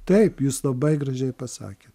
taip jūs labai gražiai pasakėt